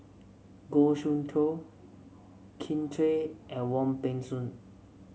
Goh Soon Tioe Kin Chui and Wong Peng Soon